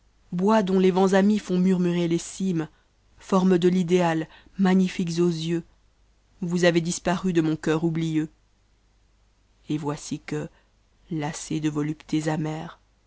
bois dont los vents amis font murmurer les cimes formes de fmea magnifiques aux yeux vous avez disparu de mon cœur oublieux et voici que lassé de voluptés